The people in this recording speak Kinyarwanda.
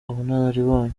ubunararibonye